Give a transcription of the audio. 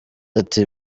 ati